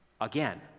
again